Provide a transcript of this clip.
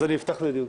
אז אנחנו נפתח לדיון.